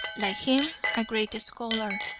like him, a great scholar,